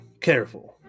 careful